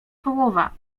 połowa